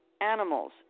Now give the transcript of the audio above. animals